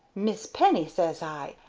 miss penny sez i,